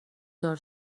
دار